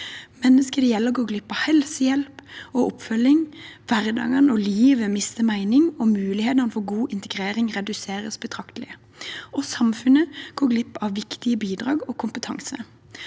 Mennesket det gjelder, går glipp av helsehjelp og oppfølging, hverdagene og livet mister mening, og mulighetene for god integrering reduseres betraktelig. Samfunnet går glipp av viktige bidrag og kompetanse.